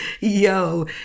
Yo